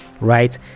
right